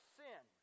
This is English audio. sin